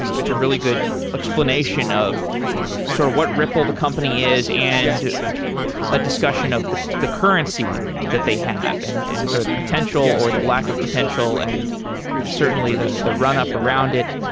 it's a really good explanation of sort of what ripple, the company, is and a discussion of the the currency that they have and and sort of the potential or the lack of potential and certainly the the run up around it.